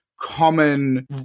common